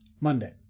Monday